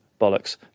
bollocks